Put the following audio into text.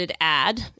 ad